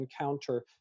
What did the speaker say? encounter